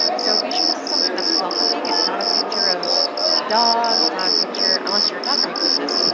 so be sure this is something that's welcoming, it's not a picture of a dog, it's not a picture, unless you're a dog grooming business,